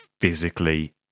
physically